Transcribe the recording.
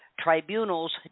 Tribunals